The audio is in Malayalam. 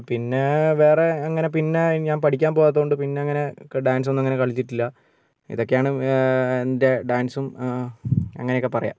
പിന്നെ വേറെ അങ്ങനെ പിന്നെ ഞാൻ പഠിക്കാൻ പോകാത്തതുകൊണ്ട് പിന്നെ അങ്ങനെ ഡാൻസ് ഒന്നുമങ്ങനെ കളിച്ചിട്ടില്ല ഇതൊക്കെയാണ് എൻ്റെ ഡാൻസും അങ്ങനെയൊക്കെ പറയാം